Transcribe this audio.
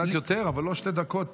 קצת יותר, אבל לא שתי דקות.